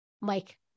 Mike